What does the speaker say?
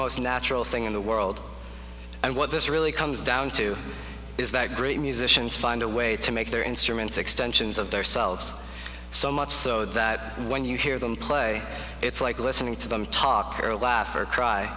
most natural thing in the world and what this really comes down to is that great musicians find a way to make their instruments extensions of their selves so much so that when you hear them play it's like listening to them talk or laugh or cry